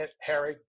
Harry